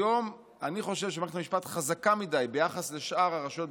אני חושב שהיום מערכת המשפט חזקה מדי ביחס לשאר הרשויות,